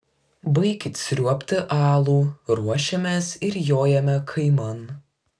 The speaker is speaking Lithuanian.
baikit sriuobti alų ruošiamės ir jojame kaiman